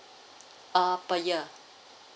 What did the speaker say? uh per ya